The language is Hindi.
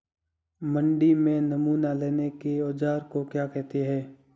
मंडी में नमूना लेने के औज़ार को क्या कहते हैं?